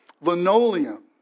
linoleum